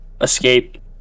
escape